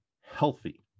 healthy